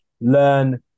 learn